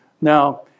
Now